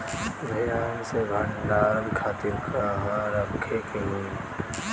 धान के भंडारन खातिर कहाँरखे के होई?